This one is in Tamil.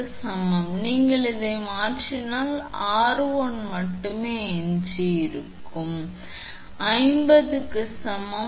5 க்கு சமம் நீங்கள் இங்கே மாற்றினால் 𝑟1 மட்டுமே எஞ்சியிருக்கும் 50 க்கு சமம்